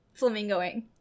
Flamingoing